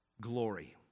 glory